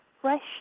fresh